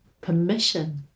permission